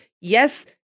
yes